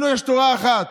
לנו יש תורה אחת.